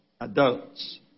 Adults